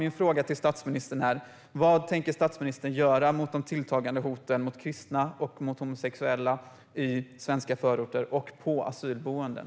Min fråga till statsministern är: Vad tänker statsministern göra mot de tilltagande hoten mot kristna och mot homosexuella i svenska förorter och på asylboenden?